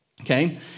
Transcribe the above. okay